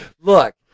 Look